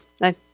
No